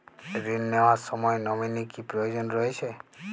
ঋণ নেওয়ার সময় নমিনি কি প্রয়োজন রয়েছে?